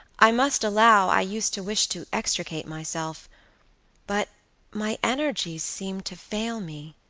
i must allow, i used to wish to extricate myself but my energies seemed to fail me.